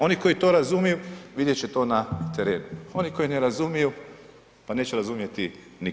Oni koji to razumiju vidjet će to na terenu, oni koji ne razumiju pa neće razumjeti nikada.